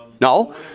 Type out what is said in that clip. No